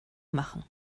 machen